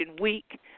Week